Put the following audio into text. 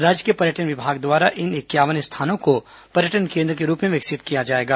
राज्य के पर्यटन विभाग द्वारा इन इक्यावन स्थानों को पर्यटन केन्द्र के रूप में विकसित किया जाएगा